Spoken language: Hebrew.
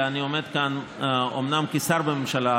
אלא אני עומד כאן אומנם כשר בממשלה,